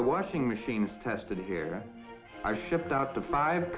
the washing machines tested here are shipped out the five